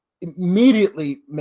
immediately